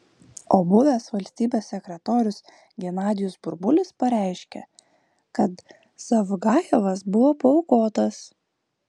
o buvęs valstybės sekretorius genadijus burbulis pareiškė kad zavgajevas buvo paaukotas